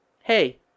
hey